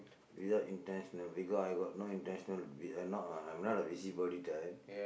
without intentional because I got no intentional I'm not a I'm not a busybody type